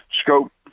scope